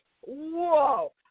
whoa